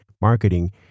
marketing